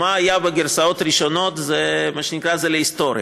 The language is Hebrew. מה שהיה בגרסאות הראשונות זה היסטוריה.